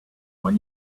what